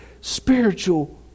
spiritual